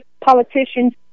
politicians